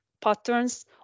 patterns